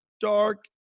dark